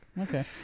Okay